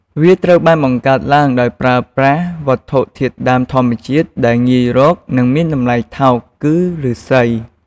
វាត្រូវបានបង្កើតឡើងដោយប្រើប្រាស់វត្ថុធាតុដើមធម្មជាតិ ដែលងាយរក និងមានតម្លៃថោក គឺឬស្សី។